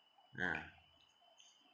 ah